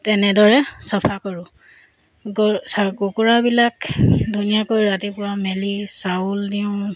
তেনেদৰে চফা কৰোঁ কুকুৰাবিলাক ধুনীয়াকৈ ৰাতিপুৱা মেলি চাউল দিওঁ